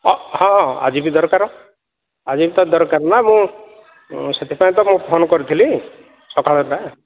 ହଁ ହଁ ଆଜି ବି ଦରକାର ଆଜି ବି ତ ଦରକାର ନା ମୁଁ ସେଥିପାଇଁ ତ ମୁଁ ଫୋନ୍ କରିଥିଲି ସକାଳଟା